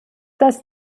das